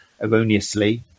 erroneously